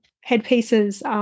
headpieces